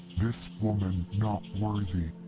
this woman not worthy!